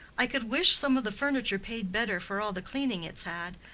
i could wish some of the furniture paid better for all the cleaning it's had,